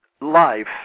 life